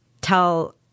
tell